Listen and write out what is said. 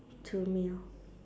to meal